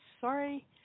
sorry